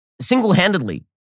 single-handedly